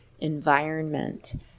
environment